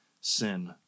sin